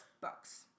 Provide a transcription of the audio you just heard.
books